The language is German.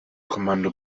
kommando